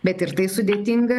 bet ir tai sudėtinga